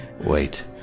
Wait